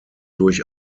durch